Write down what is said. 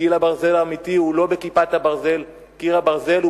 קיר הברזל האמיתי הוא לא ב"כיפת ברזל",